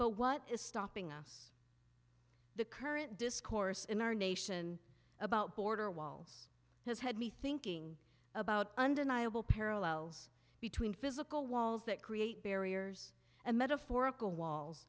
but what is stopping us the current discourse in our nation about border walls has had me thinking about undeniable parallels between physical walls that create barriers and metaphorical walls